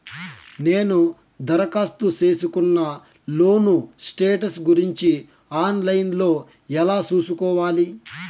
నేను దరఖాస్తు సేసుకున్న లోను స్టేటస్ గురించి ఆన్ లైను లో ఎలా సూసుకోవాలి?